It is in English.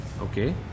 Okay